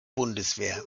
bundeswehr